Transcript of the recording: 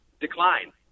decline